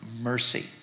mercy